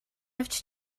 авч